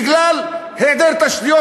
בגלל היעדר תשתיות,